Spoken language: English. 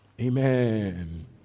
Amen